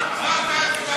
הצבעה.